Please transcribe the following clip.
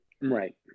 Right